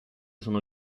sono